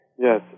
Yes